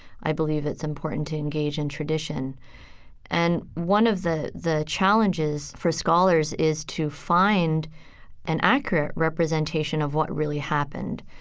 i believe it's important to engage in tradition and one of the the challenges for scholars is to find an accurate representation of what really happened,